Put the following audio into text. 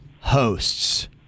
hosts